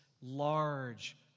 large